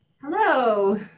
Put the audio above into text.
Hello